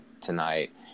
tonight